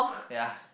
ya